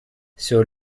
sur